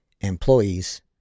employees